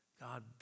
God